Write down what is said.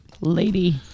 lady